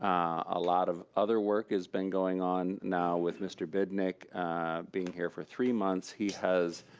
a lot of other work has been going on now with mr. bidnick being here for three months. he has,